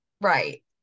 Right